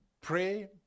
Pray